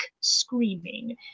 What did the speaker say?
screaming